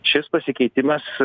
šis pasikeitimas